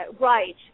right